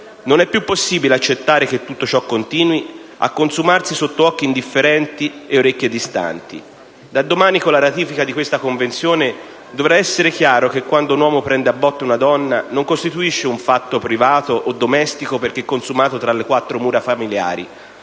Non è più possibile accettare che tutto ciò continui a consumarsi sotto occhi indifferenti e orecchie distanti. Da domani, con la ratifica di questa Convenzione, dovrà essere chiaro che quando un uomo prende a botte una donna non costituisce un fatto privato o domestico perché consumato tra le quattro mura familiari.